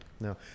no